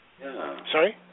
Sorry